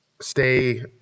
stay